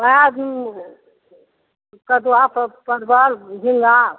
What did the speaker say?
ओहए कदुआ पर परवल झिङ्गा